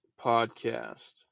podcast